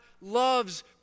loves